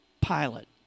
pilot